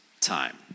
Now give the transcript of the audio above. time